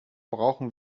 brauchen